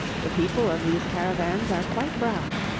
the people of these caravans are quite brown.